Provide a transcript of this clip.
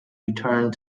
returned